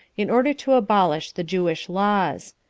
in order to abolish the jewish laws.